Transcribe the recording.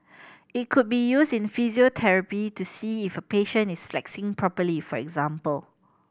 it could be used in physiotherapy to see if a patient is flexing properly for example